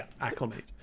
acclimate